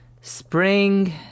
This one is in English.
Spring